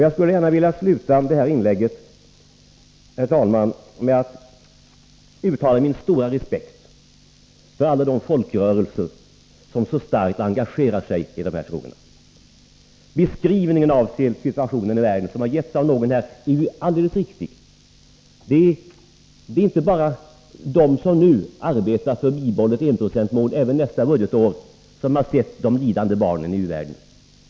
Jag skall, herr talman, avsluta detta inlägg med att uttala min stora respekt för alla de folkrörelser som så starkt har engagerat sig i dessa frågor. Beskrivningen av situationen i världen, som har getts av någon här, är alldeles riktig. Det är inte bara de som nu arbetar för ett bibehållet enprocentsmål även för nästa budgetår som har sett de lidande barnen i u-världen.